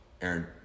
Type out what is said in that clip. Aaron